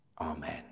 Amen